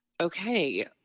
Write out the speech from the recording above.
okay